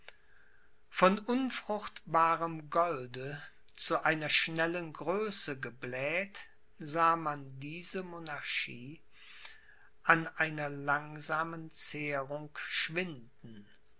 von unfruchtbarem golde zu einer schnellen größe gebläht sah man diese monarchie an einer langsamen zehrung schwinden